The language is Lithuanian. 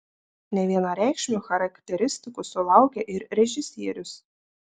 nevienareikšmių charakteristikų sulaukė ir režisierius